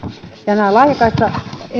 nämä laajakaistat